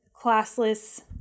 classless